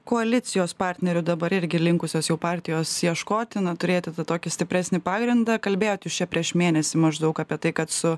koalicijos partnerių dabar irgi linkusios jau partijos ieškoti na turėti tokį stipresnį pagrindą kalbėjot jūs čia prieš mėnesį maždaug apie tai kad su